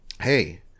Hey